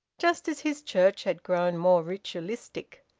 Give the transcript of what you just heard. just as his church had grown more ritualistic.